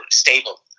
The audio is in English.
stable